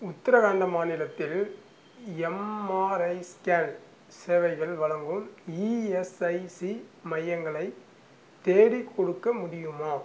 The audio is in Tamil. உத்தரகாண்ட மாநிலத்தில் எம்ஆர்ஐ ஸ்கேன் சேவைகள் வழங்கும் இஎஸ்ஐசி மையங்களை தேடிக்கொடுக்க முடியுமா